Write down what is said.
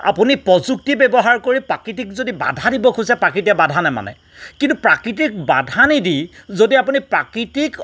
আপুনি প্ৰযুক্তি ব্যৱহাৰ কৰি প্ৰাকৃতিক যদি বাধা দিব খোজে প্ৰাকৃতিয়ে বাধা নেমানে কিন্তু প্ৰাকৃতিক বাধা নিদি যদি আপুনি প্ৰাকৃতিক